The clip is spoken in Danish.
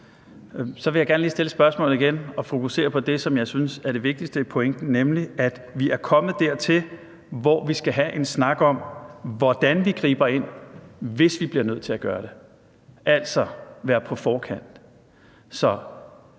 gerne lige stille spørgsmålet igen og fokusere på det, som jeg synes er det vigtigste i pointen, nemlig at vi er kommet dertil, hvor vi skal have en snak om, hvordan vi griber ind, hvis vi bliver nødt til at gøre det – altså være på forkant.